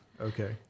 Okay